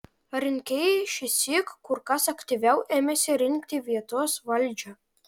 rinkėjai šįsyk kur kas aktyviau ėmėsi rinkti vietos valdžią